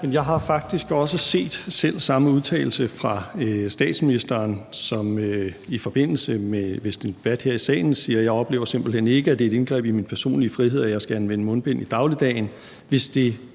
jeg har faktisk også set selv samme udtalelse fra statsministeren, som i forbindelse med en debat her i salen siger: Jeg oplever simpelt hen ikke, at det er et indgreb i min personlige frihed, at jeg skal anvende mundbind i dagligdagen,